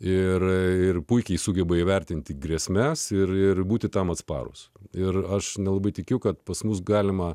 ir puikiai sugeba įvertinti grėsmes ir ir būti tam atsparūs ir aš nelabai tikiu kad pas mus galima